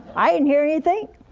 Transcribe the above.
i didn't hear anything.